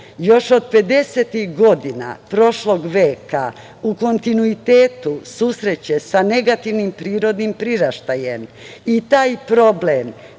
još od pedesetih godina prošlog veka u kontinuitetu susreće sa negativnim prirodnim priraštajem i taj problem